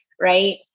right